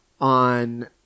on